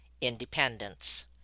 independence